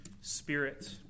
Spirit